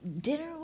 dinner